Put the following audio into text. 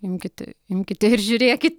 imkite imkite ir žiūrėkit